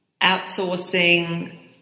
outsourcing